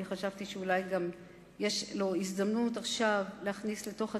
אני חשבתי שאולי גם יש לו הזדמנות עכשיו להכניס לתוך התוכנית,